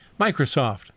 Microsoft